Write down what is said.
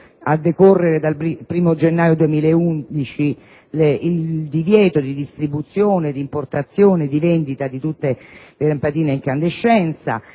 a decorrere dal 1° gennaio 2011, il divieto di distribuzione, di importazione e di vendita di tutte le lampadine ad incandescenza;